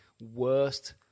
worst